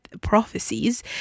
prophecies